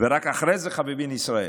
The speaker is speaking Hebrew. ורק אחרי זה חביבין ישראל.